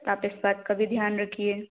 तो आप इस बात का भी ध्यान रखिए